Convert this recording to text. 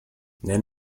nenn